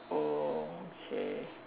oh okay